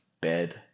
bed